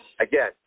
Again